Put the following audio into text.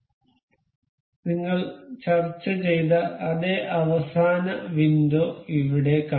അതിനാൽ നിങ്ങൾ ചർച്ച ചെയ്ത അതേ അവസാന വിൻഡോ ഇവിടെ കാണാം